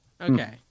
Okay